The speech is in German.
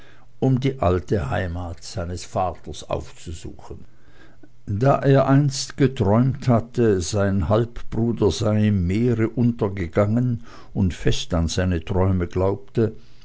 um die alte heimat seines vaters aufzusuchen da er einst geträumt hatte sein halbbruder sei im meere untergegangen und fest an seine träume glaubte